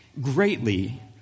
greatly